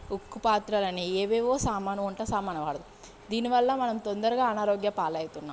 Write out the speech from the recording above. ఉక్కు పాత్రలని ఏవేవో సామాను వంట సామాను వాడుతాం దీనివల్ల మనం తొందరగా అనారోగ్య పాలు అవుతున్నాం